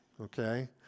okay